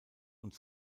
und